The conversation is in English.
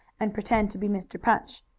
and pretend to be mr. punch,